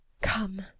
Come